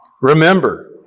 Remember